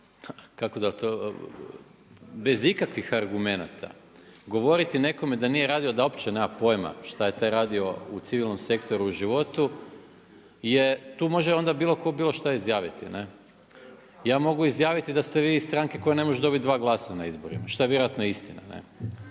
bez ikakvih argumenata govoriti nekome da nije radio da uopće nema pojma šta je taj radio u civilnom sektoru u životu, tu može onda bilo ko bilo šta izjaviti. Ja mogu izjaviti da ste vi iz stranke koja ne može dobiti dva glasa na izborima, šta je vjerojatno istina.